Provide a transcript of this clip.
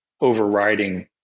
overriding